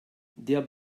der